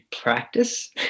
practice